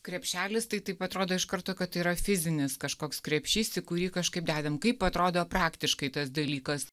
krepšelis tai taip atrodo iš karto kad tai yra fizinis kažkoks krepšys į kurį kažkaip dedam kaip atrodo praktiškai tas dalykas